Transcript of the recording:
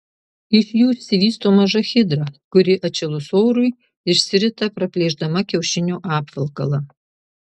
iš jų išsivysto maža hidra kuri atšilus orui išsirita praplėšdama kiaušinio apvalkalą